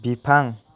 बिफां